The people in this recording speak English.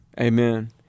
Amen